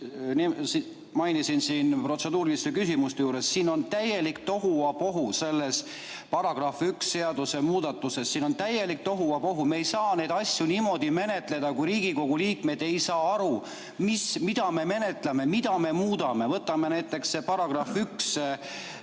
mainisin siin protseduuriliste küsimuste juures. Siin on täielik tohuvabohu selles § 1 seadusemuudatuses. Siin on täielik tohuvabohu. Me ei saa neid asju niimoodi menetleda, kui Riigikogu liikmed ei saa aru, mida me menetleme, mida me muudame. Võtame näiteks § 1.